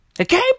Okay